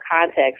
context